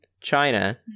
China